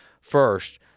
First